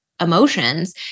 emotions